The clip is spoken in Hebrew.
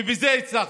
ובזה הצלחתם,